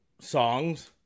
songs